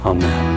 Amen